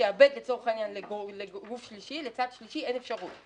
לשעבד לצורך העניין לצד שלישי אין אפשרות.